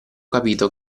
capito